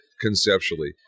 conceptually